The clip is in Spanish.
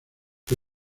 que